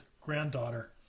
granddaughter